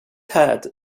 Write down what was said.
had